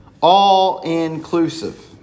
all-inclusive